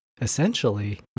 essentially